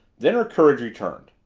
then her courage returned.